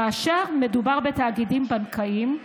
כאשר מדובר בתאגידים בנקאיים,